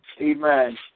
Amen